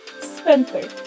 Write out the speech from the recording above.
spencer